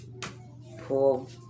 pull